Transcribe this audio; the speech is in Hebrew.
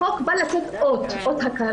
החוק בא לתת אות הכרה,